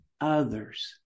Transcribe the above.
others